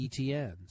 ETNs